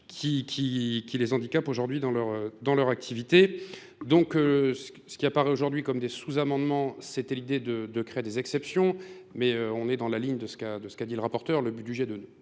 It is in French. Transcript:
qui les handicapent aujourd'hui dans leur activité. Donc ce qui apparaît aujourd'hui comme des sous-amendements, c'était l'idée de créer des exceptions, mais on est dans la ligne de ce qu'a dit le rapporteur, le but du jet de ne